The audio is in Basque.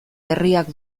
herriak